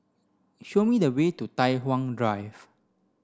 show me the way to Tai Hwan Drive